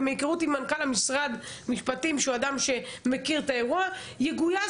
ומהיכרות עם מנכ"ל משרד המשפטים שהוא אדם שמכיר את האירוע - הוא יגויס